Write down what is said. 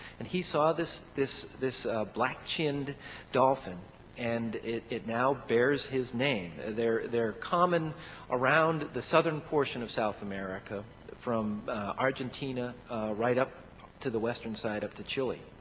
and he saw this this black-chinned dolphin and it it now bears his name. they're they're common around the southern portion of south america from argentina right up to the western side up to chile.